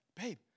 babe